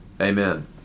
Amen